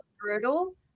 brutal